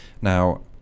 Now